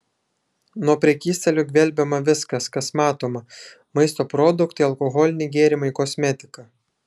nuo prekystalių gvelbiama viskas kas matoma maisto produktai alkoholiniai gėrimai kosmetika